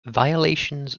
violations